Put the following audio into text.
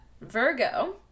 Virgo